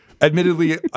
Admittedly